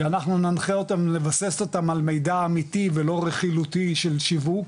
שאנחנו ננחה אותם לבסס אותם על מידע אמיתי ולא רכילותי של שיווק